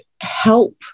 help